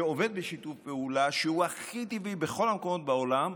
שעובד בשיתוף פעולה שהוא הכי טבעי בכל המקומות בעולם,